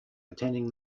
attending